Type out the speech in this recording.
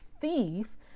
thief